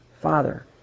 Father